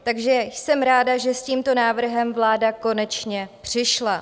Takže jsem ráda, že s tímto návrhem vláda konečně přišla.